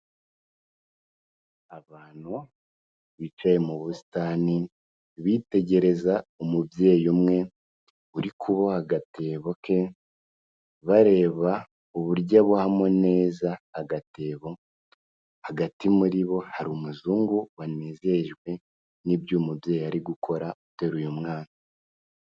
Abantu bicaye mu busitani, bitegereza umubyeyi umwe, uri kuboha agatebo ke, bareba uburyo abohamo neza agatebo, hagati muri bo hari umuzungu wanejejwe n'ibyo uyu mubyeyi ari gukora, uteruye mwana.